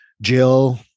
Jill